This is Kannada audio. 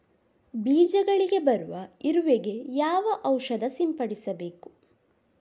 ಬೀಜಗಳಿಗೆ ಬರುವ ಇರುವೆ ಗೆ ಯಾವ ಔಷಧ ಸಿಂಪಡಿಸಬೇಕು?